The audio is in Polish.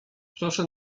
proszę